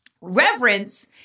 Reverence